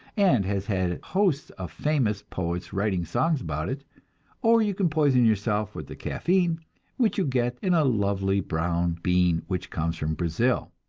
and has had hosts of famous poets writing songs about it or you can poison yourself with the caffein which you get in a lovely brown bean which comes from brazil,